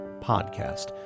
podcast